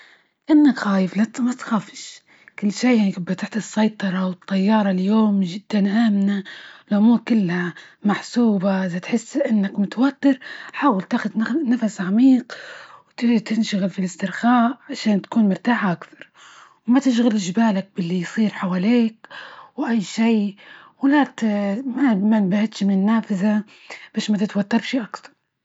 كنك خايف؟ لا ما تخافش كل شي بتعطي السيطرة والطيارة، اليوم جدا آمنة، الأمور كلها محسوبة، إذا تحس إنك متوتر، حاول تاخد نفس عميق، وتنشغل في الاسترخاء عشان تكون مرتاح أكثر، وما تشغلش بالك باللي يصير حواليك وأي شي ولا ت منبعدش من النافذة، مشان متتوترش أكثر.